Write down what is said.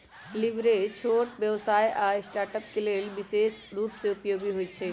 leverage छोट व्यवसाय आऽ स्टार्टअप्स के लेल विशेष रूप से उपयोगी होइ छइ